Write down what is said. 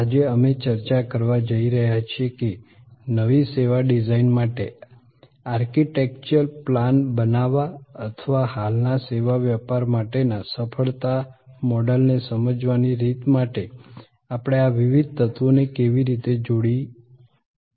આજે અમે ચર્ચા કરવા જઈ રહ્યા છીએ કે નવી સેવા ડિઝાઈન માટે આર્કિટેક્ચરલ પ્લાન બનાવવા અથવા હાલના સેવા વ્યાપાર માટેના સફળતા મૉડલને સમજવાની રીત માટે આપણે આ વિવિધ તત્વોને કેવી રીતે જોડી શકીએ